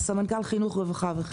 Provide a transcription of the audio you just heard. סמנכ"ל חינוך, רווחה וחברה.